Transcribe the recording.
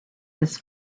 this